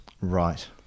Right